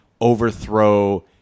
overthrow